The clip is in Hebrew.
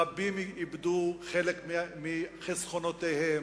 רבים איבדו חלק מחסכונותיהם,